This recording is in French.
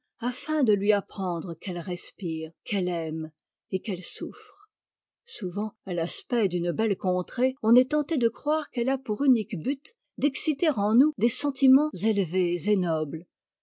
afin de lui apprendre qu'elle respire qu'elle aime et qu'elle souffre souvent à l'aspect d'une belle contrée on est tenté de croire qu'elle a pour unique but d'exciter en nous des sentiments élevés et nobles